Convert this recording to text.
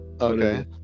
Okay